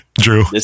Drew